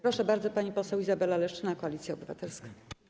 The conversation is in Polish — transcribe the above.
Proszę bardzo, pani poseł Izabela Leszczyna, Koalicja Obywatelska.